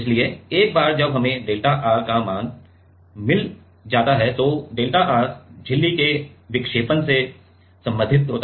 इसलिए एक बार जब हमें डेल्टा R का मान मिल जाता है तो डेल्टा R झिल्ली के विक्षेपण से संबंधित होता है